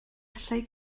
allai